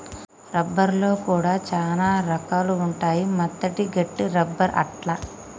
rubber లో కూడా చానా రకాలు ఉంటాయి మెత్తటి, గట్టి రబ్బర్ అట్లా